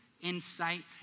insight